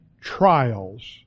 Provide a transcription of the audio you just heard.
trials